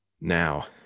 Now